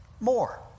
more